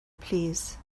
plîs